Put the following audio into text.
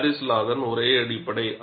Paris லா தான் ஒரே அடிப்படை